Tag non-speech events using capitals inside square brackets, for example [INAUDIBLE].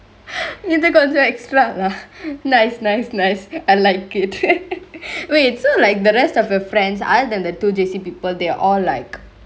இது கொஞ்சொ:ithu konjo extra lah nice nice nice I like it [LAUGHS] wait so like the rest of your friends other than the two J_C people they are all like